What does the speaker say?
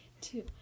two